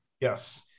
Yes